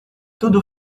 tudo